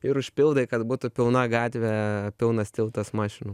ir užpildai kad būtų pilna gatvė pilnas tiltas mašinų